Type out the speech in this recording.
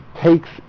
takes